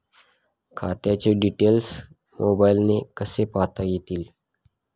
खात्याचे डिटेल्स मोबाईलने कसे पाहता येतील?